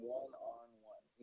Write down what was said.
one-on-one